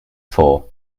for